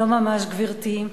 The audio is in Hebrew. לא ממש, גברתי.